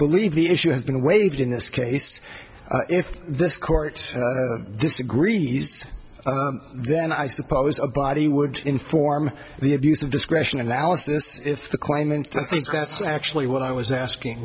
believe the issue has been waived in this case if this court disagreed then i suppose a body would inform the abuse of discretion analysis if the claimant think that's actually what i was asking